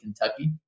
Kentucky